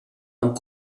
amb